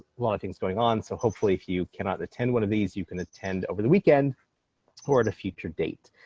lot of things going on. so hopefully, if you cannot attend one of these you can attend over the weekend or at a future date.